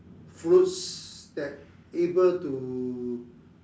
fruits that able to